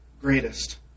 greatest